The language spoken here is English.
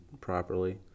properly